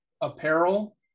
apparel